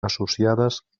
associades